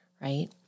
right